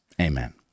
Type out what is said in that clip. Amen